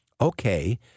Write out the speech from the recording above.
Okay